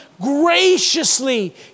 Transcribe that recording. graciously